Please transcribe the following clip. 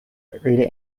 really